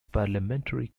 parliamentary